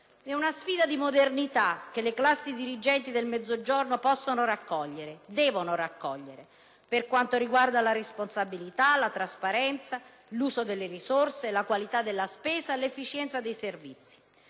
È una sfida di modernità che le classi dirigenti del Mezzogiorno possono raccogliere, devono raccogliere per quanto riguarda la responsabilità, la trasparenza, l'uso delle risorse, la qualità della spesa e l'efficienza dei servizi.